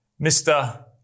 Mr